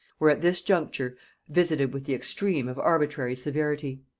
were at this juncture visited with the extreme of arbitrary severity.